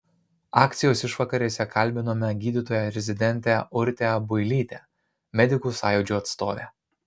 akcijos išvakarėse kalbinome gydytoją rezidentę urtę builytę medikų sąjūdžio atstovę